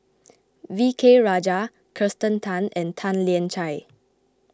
V K Rajah Kirsten Tan and Tan Lian Chye